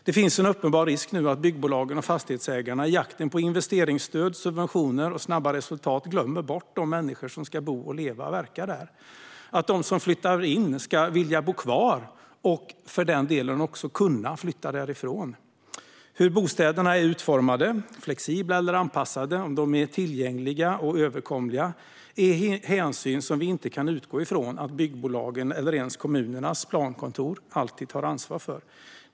Det finns en uppenbar risk att byggbolagen och fastighetsägarna i jakten på investeringsstöd, subventioner och snabba resultat glömmer bort de människor som ska bo, leva och verka där. Man glömmer att de som flyttar in ska vilja bo kvar - och för den delen också kunna flytta därifrån. Hur bostäderna är utformade, om de är flexibla eller anpassade och om de är tillgängliga och överkomliga är hänsyn vi inte kan utgå ifrån att byggbolagen eller ens kommunernas plankontor alltid tar ansvar för.